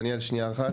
דניאל, שנייה אחת.